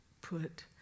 put